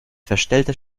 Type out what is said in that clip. verstellter